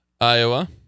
Iowa